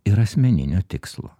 ir asmeninio tikslo